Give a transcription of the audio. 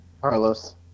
Carlos